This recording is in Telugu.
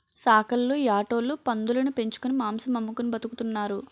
సాకల్లు యాటోలు పందులుని పెంచుకొని మాంసం అమ్ముకొని బతుకుతున్నారు